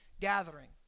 gathering